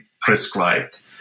prescribed